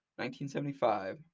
1975